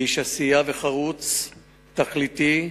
איש עשייה וחרוץ, תכליתי,